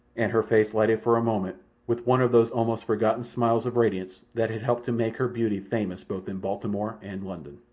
and her face lightened for a moment with one of those almost forgotten smiles of radiance that had helped to make her beauty famous both in baltimore and london.